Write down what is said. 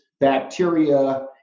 bacteria